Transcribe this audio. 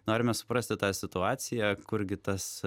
norime suprasti tą situaciją kurgi tas